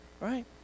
right